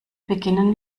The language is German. beginnen